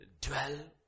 dwell